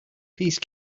peace